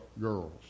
girls